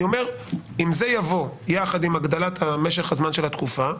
אני אומר שאם זה יבוא יחד עם הגדלת משך הזמן של התקופה,